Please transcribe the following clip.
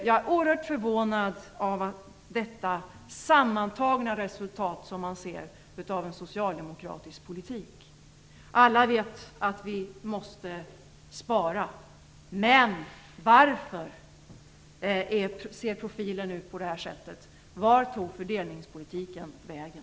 Jag är oerhört förvånad över det sammantagna resultatet av dagens socialdemokratiska politik. Alla vet att vi måste spara, men varför ser profilen ut på det här sättet? Vart tog fördelningspolitiken vägen?